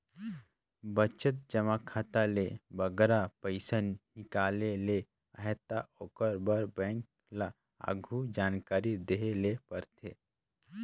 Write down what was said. बचत जमा खाता ले बगरा पइसा हिंकाले ले अहे ता ओकर बर बेंक ल आघु जानकारी देहे ले परथे